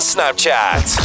Snapchat